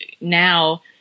now